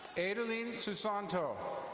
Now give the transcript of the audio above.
adalean susanto.